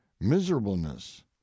miserableness